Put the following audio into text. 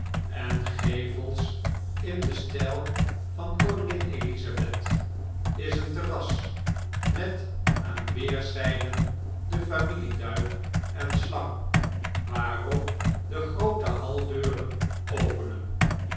en gevels in den stijl van koningin elizabeth is een terras met aan weerszijden de familieduif en slang waarop de groote haldeuren openen